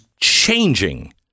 changing